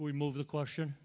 we move the question